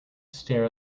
stare